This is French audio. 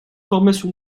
formation